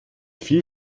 viel